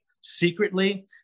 secretly